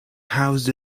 housed